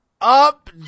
up